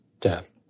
death